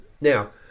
now